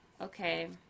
Okay